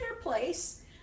place